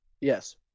Yes